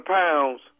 pounds